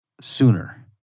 sooner